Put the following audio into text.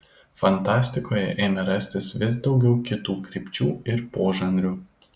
fantastikoje ėmė rastis vis daugiau kitų krypčių ir požanrių